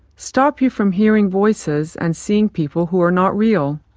stop you from hearing voices and seeing people who are not real.